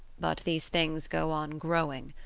but these things go on growing,